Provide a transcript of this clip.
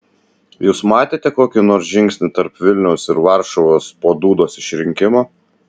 jūs matėte kokį nors žingsnį tarp vilniaus ir varšuvos po dudos išrinkimo